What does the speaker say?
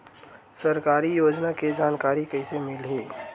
सरकारी योजना के जानकारी कइसे मिलही?